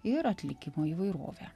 ir atlikimo įvairovę